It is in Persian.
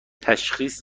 تشخیص